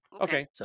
Okay